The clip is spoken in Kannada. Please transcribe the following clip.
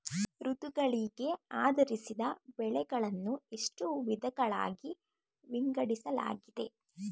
ಋತುಗಳಿಗೆ ಆಧರಿಸಿ ಬೆಳೆಗಳನ್ನು ಎಷ್ಟು ವಿಧಗಳಾಗಿ ವಿಂಗಡಿಸಲಾಗಿದೆ?